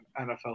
NFL